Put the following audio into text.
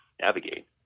navigate